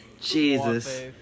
Jesus